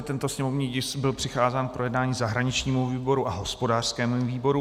Tento sněmovní tisk byl přikázán k projednání zahraničnímu výboru a hospodářskému výboru.